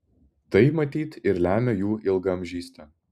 tai matyt ir lemia jų ilgaamžystę